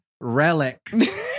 relic